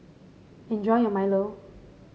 enjoy your milo